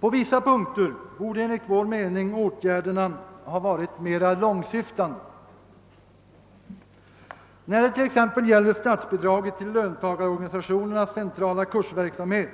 På vissa punkter borde enligt vår mening åtgärderna ha varit mera långt gående. När det t.ex. gäller statsbidraget till löntagarorganisationernas centrala kursverksamhet